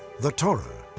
the torah,